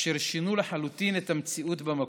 אשר שינו לחלוטין את המציאות במקום.